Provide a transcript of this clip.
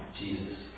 Jesus